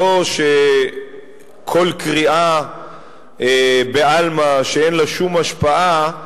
לא שכל קריאה בעלמא שאין לה שום השפעה,